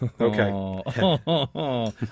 Okay